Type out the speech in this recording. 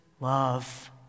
love